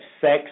sex